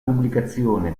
pubblicazione